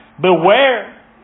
Beware